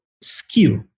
skill